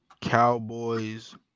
Cowboys